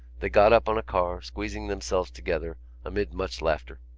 they got up on a car, squeezing themselves together amid much laughter.